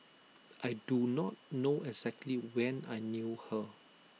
I do not know exactly when I knew her